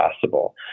possible